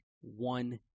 one